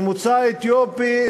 ממוצא אתיופי,